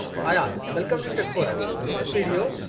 hi all welcome to tech forum in this video,